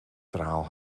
verhaal